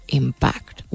impact